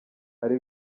ari